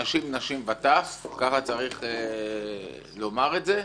אנשים, נשים וטף, ככה צריך לומר את זה,